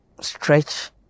stretch